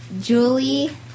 Julie